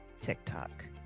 TikTok